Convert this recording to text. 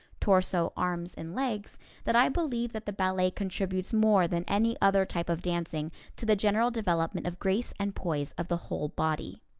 torso, arms and legs that i believe that the ballet contributes more than any other type of dancing to the general development of grace and poise of the whole body.